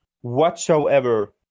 whatsoever